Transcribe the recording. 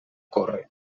córrer